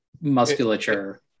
musculature